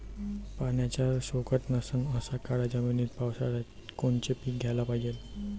पाण्याचा सोकत नसन अशा काळ्या जमिनीत पावसाळ्यात कोनचं पीक घ्याले पायजे?